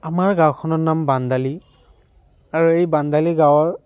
আমাৰ গাঁওখনৰ নাম বান্দালী আৰু এই বান্দালী গাঁৱৰ